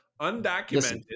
undocumented